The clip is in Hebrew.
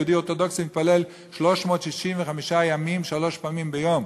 יהודי אורתודוקסי מתפלל 365 ימים שלוש פעמים ביום,